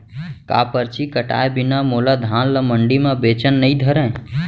का परची कटाय बिना मोला धान ल मंडी म बेचन नई धरय?